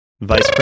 Vice